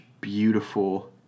beautiful